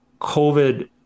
COVID